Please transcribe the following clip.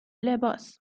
لباس